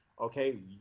okay